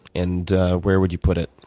and where would you put it?